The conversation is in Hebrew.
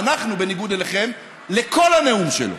אנחנו, בניגוד לכם, לכל הנאום שלו,